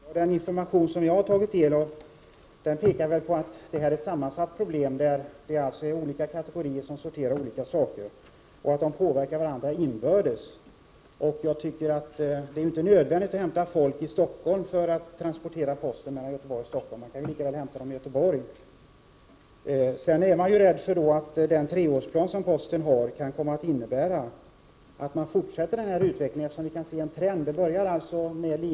Herr talman! Den information som jag har tagit del av pekar på att problemet är sammansatt. Det är olika kategorier som sorterar olika saker, och de påverkar varandra inbördes. Jag tycker inte att det är nödvändigt att hämta folk i Stockholm för att de skall transportera posten mellan Göteborg och Stockholm. Man kan lika väl hämta folk i Göteborg. Sedan är man också rädd för att den treårsplan som posten har kan innebära att utvecklingen som vi nu kan se en trend av fortsätter.